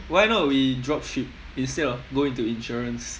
why not we drop ship instead of go into insurance